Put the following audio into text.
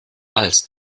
als